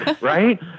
Right